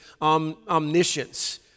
omniscience